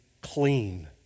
clean